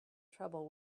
trouble